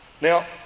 Now